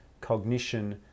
cognition